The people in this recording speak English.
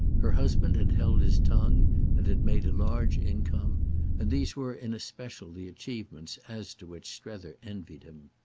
her husband had held his tongue and had made a large income and these were in especial the achievements as to which strether envied him.